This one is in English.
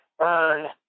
earn